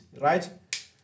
right